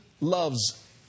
loves